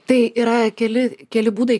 tai yra keli keli būdai